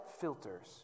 filters